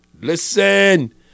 Listen